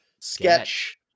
sketch